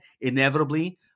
Inevitably